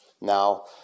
now